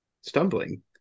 stumbling